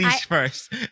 first